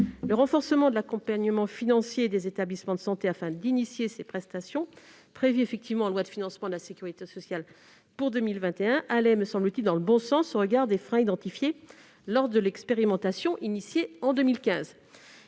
Le renforcement de l'accompagnement financier des établissements de santé en vue de la mise en oeuvre de ces prestations, prévu dans le cadre de la loi de financement de la sécurité sociale pour 2021, allait, me semble-t-il, dans le bon sens, au regard des freins identifiés lors de l'expérimentation lancée en 2015.